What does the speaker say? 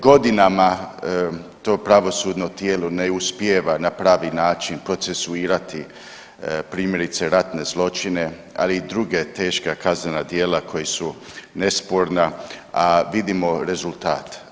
Godinama to pravosudno tijelo ne uspijeva na pravi način procesuirati primjerice ratne zločine, ali i druge teška kaznena dijela koji su nesporna, a vidimo rezultat.